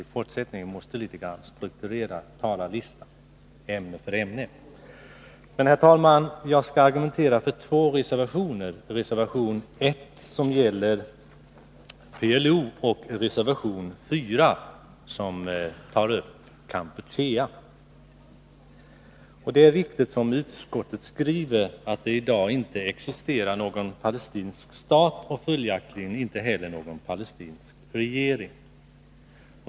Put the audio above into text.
I fortsättningen måste vi kanske något strukturera talarlistan ämne för ämne. Herr talman! Jag skall argumentera för två reservationer, nämligen reservation 1, som gäller PLO, och reservation 4, som gäller Kampuchea. Det är riktigt som utskottet skriver att det i dag inte existerar någon palestinsk stat och följaktligen inte heller någon palestinsk regering.